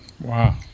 Wow